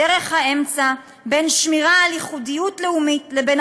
דרך האמצע בין שמירה על ייחודיות לאומית לבין